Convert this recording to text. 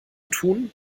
tun